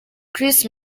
chris